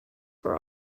were